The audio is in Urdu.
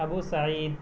ابو سعید